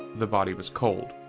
the body was cold.